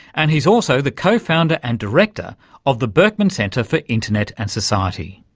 and he's also the co-founder and director of the berkman centre for internet and society.